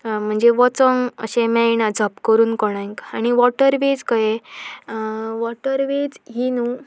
म्हणजे वचोंक अशें मेळना झप करून कोणक आनी वॉटरवेज कयें वॉटरवेज ही न्हू